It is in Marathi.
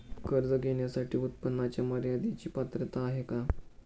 कर्ज घेण्यासाठी उत्पन्नाच्या मर्यदेची पात्रता आहे का?